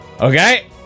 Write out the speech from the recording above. Okay